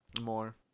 More